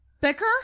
Bicker